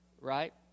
right